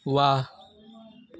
वाह